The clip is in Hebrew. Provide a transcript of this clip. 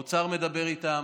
האוצר מדבר איתם.